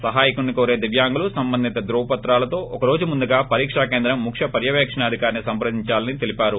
సహాయకుని కోరే దివ్యాంగులు సంబంధిత ధృవప్రతాలతో ఒక రోజు ముందుగా పరీశా కేంద్రం ముఖ్య పర్యవేక్షణాధికారిని సంప్రదించాలని తెలిపారు